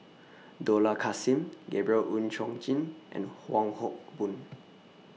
Dollah Kassim Gabriel Oon Chong Jin and Wong Hock Boon